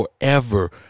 forever